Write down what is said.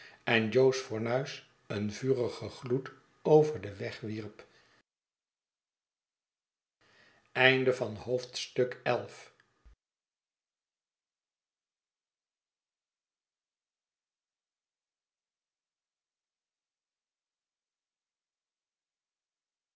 en jo's fornuis een vurigen gloed over den weg wierp